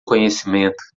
conhecimento